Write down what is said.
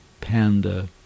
panda